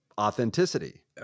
authenticity